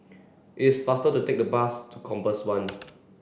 is faster to take the bus to Compass One